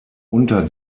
unter